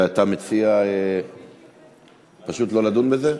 אתה מציע פשוט לא לדון בזה?